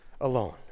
alone